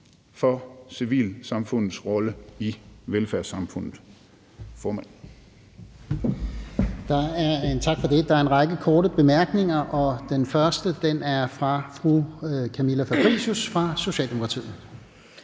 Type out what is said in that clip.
for civilsamfundets rolle i velfærdssamfundet.«